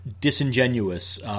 disingenuous